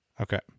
Okay